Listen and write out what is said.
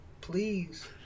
please